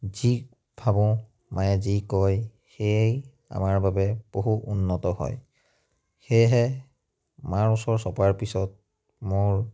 যি ভাবোঁ মায়ে যি কয় সেয়াই আমাৰ বাবে বহু উন্নত হয় সেয়েহে মাৰ ওচৰ চপাৰ পিছত মোৰ